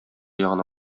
ягына